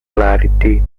clarity